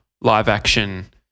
live-action